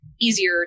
easier